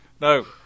No